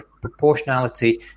proportionality